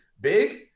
big